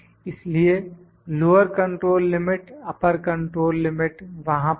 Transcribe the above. इसलिए lower control limit upper control limit वहां पर हैं